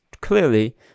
clearly